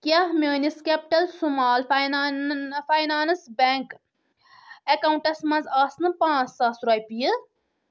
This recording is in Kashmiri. کیٛاہ میٲنِس capital small finance bank accounts منٛز آسنہٕ پانٛژھ ساس رۄپیہِ